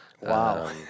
Wow